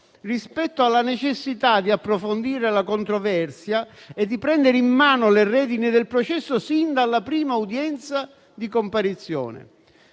rispetto alla necessità di approfondire la controversia e di prendere in mano le redini del processo sin dalla prima udienza di comparizione.